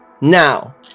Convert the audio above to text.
Now